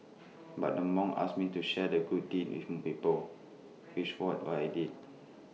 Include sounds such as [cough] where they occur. but the monk asked me to share the good deed with [unintelligible] people which what what I did